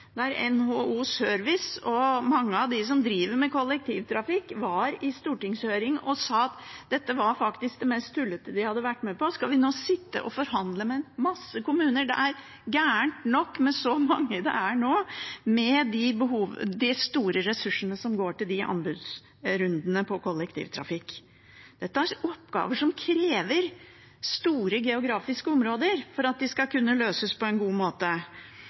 der NHO Service og handel og mange av de som driver med kollektivtrafikk, var i stortingshøring og sa at dette faktisk var det mest tullete de hadde vært med på. Skal vi nå sitte og forhandle med en masse kommuner, sa de. Det er galt nok med så mange det er nå, med de store ressursene som går til anbudsrundene på kollektivtrafikk. Dette er oppgaver som krever store geografiske områder for at de skal kunne løses på en god måte.